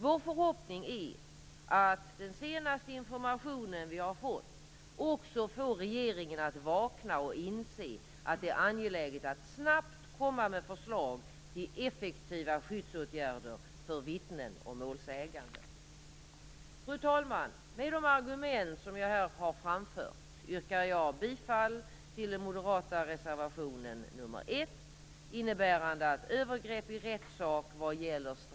Vår förhoppning är att den senaste information vi fått också får regeringen att vakna och inse att det är angeläget att snabbt komma med förslag till effektiva skyddsåtgärder för vittnen och målsäganden. Fru talman! Med de argument som jag här framfört yrkar jag bifall till den moderata reservationen 1